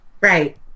right